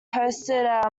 hosted